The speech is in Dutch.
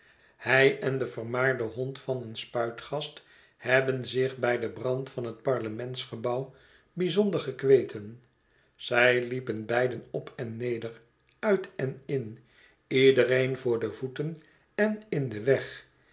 hij en de vermaarde hond van een spuitgast hebben zich bij den brand van het parlementsgebouw bijzonder gekweten zij liepen beidenop en neder uit en in iedereen voor de voeten en in den weg